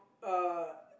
uh